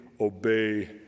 obey